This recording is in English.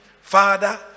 Father